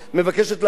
מבקשת להרוס בתים.